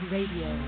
Radio